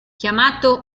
chiamato